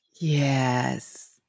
Yes